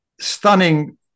stunning